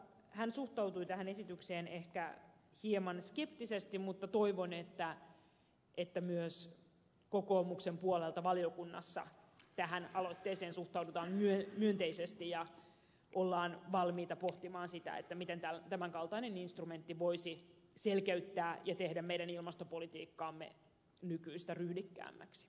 hän suhtautui tähän esitykseen ehkä hieman skeptisesti mutta toivon että myös kokoomuksen puolelta valiokunnassa tähän aloitteeseen suhtaudutaan myönteisesti ja ollaan valmiita pohtimaan sitä miten tämän kaltainen instrumentti voisi selkeyttää ja tehdä meidän ilmastopolitiikkaamme nykyistä ryhdikkäämmäksi